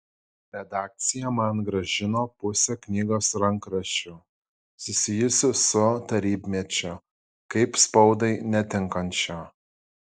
redakcija man grąžino pusę knygos rankraščių susijusių su tarybmečiu kaip spaudai netinkančių